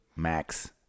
Max